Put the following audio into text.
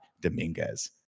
Dominguez